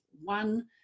one